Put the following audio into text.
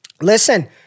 Listen